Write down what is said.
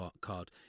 card